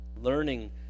learning